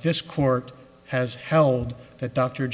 this court has held that dr